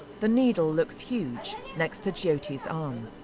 the needle looks huge next to jyoti's um